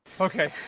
Okay